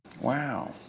Wow